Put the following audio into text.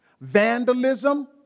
vandalism